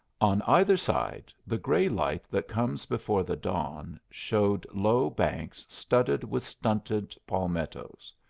on either side the gray light that comes before the dawn showed low banks studded with stunted palmettos.